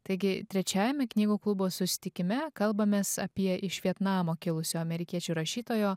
taigi trečiajame knygų klubo susitikime kalbamės apie iš vietnamo kilusio amerikiečių rašytojo